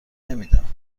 نمیدم